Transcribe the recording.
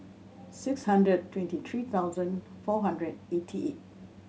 six hundred twenty three thousand four hundred eighty eight